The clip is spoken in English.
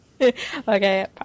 okay